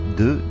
de